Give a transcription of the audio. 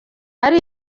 ari